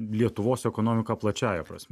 lietuvos ekonomiką plačiąja prasme